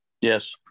yes